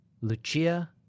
Lucia